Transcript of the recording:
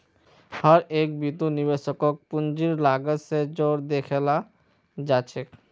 हर एक बितु निवेशकक पूंजीर लागत स जोर देखाला जा छेक